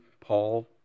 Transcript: Paul